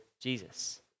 Jesus